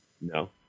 No